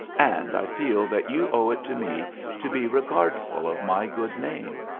and i feel that you owe it to me to be regardful of my good name.